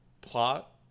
plot